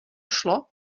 šlo